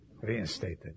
Reinstated